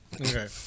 Okay